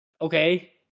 Okay